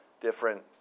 different